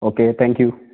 okay thank you